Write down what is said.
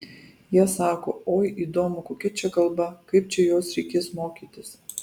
jie sako oi įdomu kokia čia kalba kaip čia jos reikės mokytis